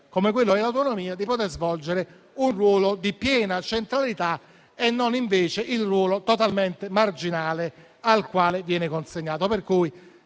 come quello dell'autonomia, di poter svolgere un ruolo di piena centralità e non invece il ruolo totalmente marginale al quale viene consegnato.